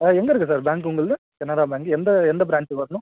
ஆ எங்கே இருக்கு sir bank உங்களுது கனரா பேங்க்கு எந்த எந்த பிரான்ச்சுக்கு வரணும்